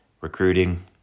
recruiting